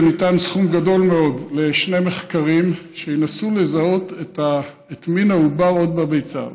וניתן סכום גדול מאוד לשני מחקרים שינסו לזהות את מין העובר עוד בביצה,